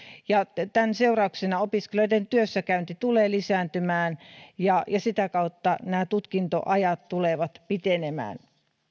tämän seurauksena opiskelijoiden työssäkäynti tulee lisääntymään ja sitä kautta tutkintoajat tulevat pitenemään